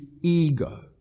ego